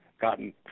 gotten